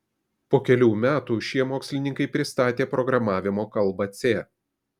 po kelių metų šie mokslininkai pristatė programavimo kalbą c